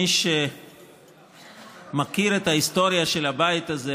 מי שמכיר את ההיסטוריה של הבית הזה